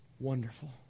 Wonderful